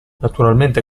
naturalmente